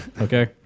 okay